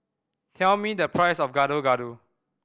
tell me the price of Gado Gado